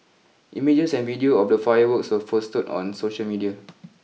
images and video of the fireworks were posted on social media